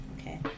Okay